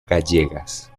gallegas